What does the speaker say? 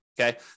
okay